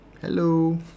hello